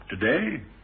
today